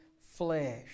flesh